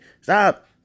Stop